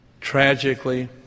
Tragically